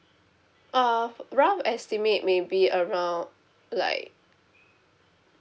err f~ rough estimate maybe around like